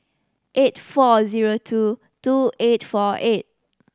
eight four zero two two eight four eight